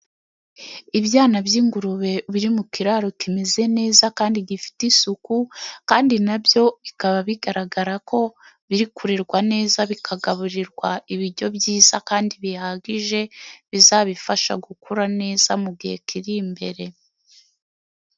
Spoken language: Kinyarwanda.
Ibyana by'ingurube, biri mu kiraro kimeze neza, kandi gifite isuku, kandi na byo bikaba bigaragara ko biri kurerwa neza, bikagaburirwa ibiryo byiza, kandi bihagije bizabifasha gukura neza, mu gihe kiri imbere.